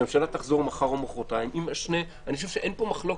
שהממשלה תחזור מחר או מחרתיים אין פה מחלוקת,